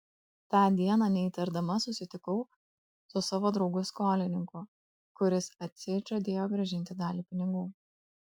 tą dieną neįtardama susitikau su savo draugu skolininku kuris atseit žadėjo grąžinti dalį pinigų